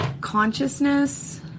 consciousness